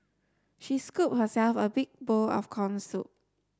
she scooped herself a big bowl of corn soup